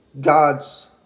God's